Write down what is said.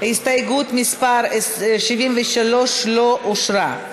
הסתייגות מס' 73 לא אושרה.